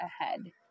ahead